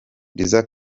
liza